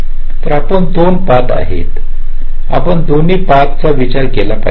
तर तेथे दोन पाथ आहेत आपण दोन्ही पथाचा विचार केला पाहिजे